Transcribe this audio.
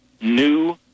new